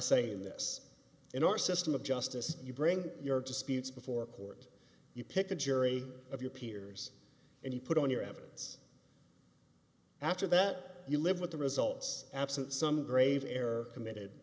saying this in our system of justice you bring your disputes before court you pick a jury of your peers and you put on your evidence after that you live with the results absent some grave error committed